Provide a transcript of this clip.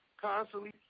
constantly